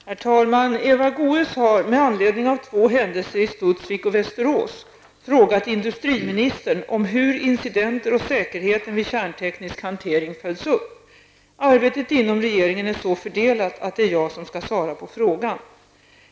Herr talman! Eva Goe s har med anledning av två händelser i Studsvik och Västerås frågat industriministern om hur incidenter och säkerheten vid kärnteknisk hantering följs upp. Arbetet inom regeringen är så fördelat att det är jag som skall svara på frågan.